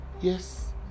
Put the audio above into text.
Yes